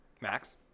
Max